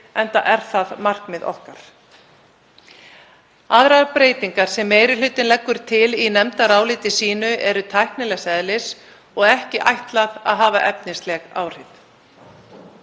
enda er það markmið okkar. Aðrar breytingar sem meiri hlutinn leggur til í nefndaráliti sínu eru tæknilegs eðlis og ekki ætlað að hafa efnisleg áhrif.